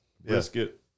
brisket